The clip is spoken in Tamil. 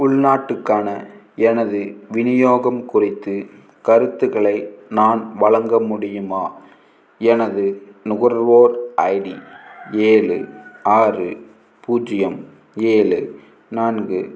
உள்நாட்டுக்கான எனது விநியோகம் குறித்து கருத்துக்களை நான் வழங்க முடியுமா எனது நுகர்வோர் ஐடி ஏழு ஆறு பூஜ்ஜியம் ஏழு நான்கு